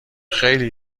خیلی